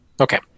Okay